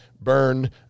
burn